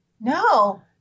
No